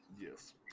Yes